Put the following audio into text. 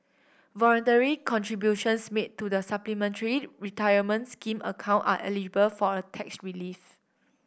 voluntary contributions made to the Supplementary Retirement Scheme account are eligible for a tax relief